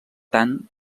tant